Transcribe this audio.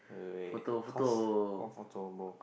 wait wait wait cause more photo bro